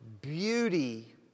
Beauty